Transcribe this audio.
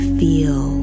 feel